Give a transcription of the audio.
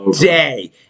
day